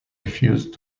refused